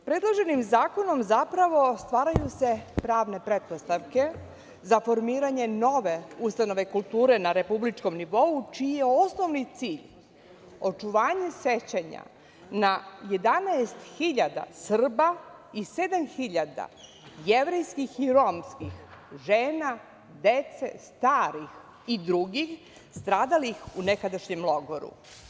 Predloženim zakonom, zapravo, stvaraju se pravne pretpostavke za formiranje nove ustanove kulture na republičkom nivou, čiji je osnovni cilj očuvanje sećanja 11.000 Srba i 7.000 jevrejskih i romskih žena, dece, starih i drugih stradalih u nekadašnjem logoru.